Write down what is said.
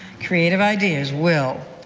creative ideas will.